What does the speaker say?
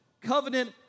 covenant